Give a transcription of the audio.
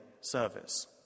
service